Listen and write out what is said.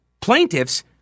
plaintiffs